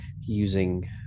using